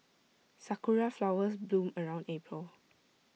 Sakura Flowers bloom around April